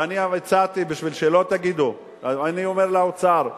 ואני הצעתי, בשביל שלא תגידו, אני אומר לאוצר,